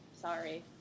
Sorry